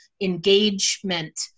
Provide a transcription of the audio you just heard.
engagement